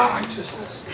righteousness